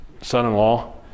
son-in-law